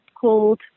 called